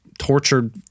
tortured